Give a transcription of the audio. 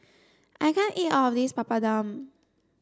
I can't eat all of this Papadum